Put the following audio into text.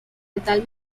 metal